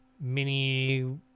mini